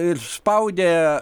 ir spaudė